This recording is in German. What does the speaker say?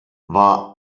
war